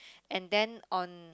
and then on